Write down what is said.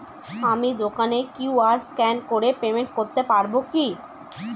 আমি দোকানে Q R scan করে পেমেন্ট করতে পারবো কি?